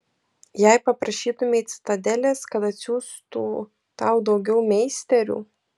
jei paprašytumei citadelės kad atsiųstų tau daugiau meisterių